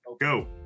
go